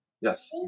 Yes